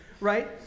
right